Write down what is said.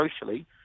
socially